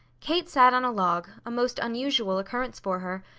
kate sat on a log, a most unusual occurrence for her,